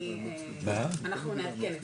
אנחנו נעדכן אתכם.